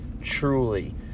truly